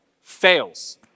fails